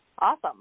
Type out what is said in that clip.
Awesome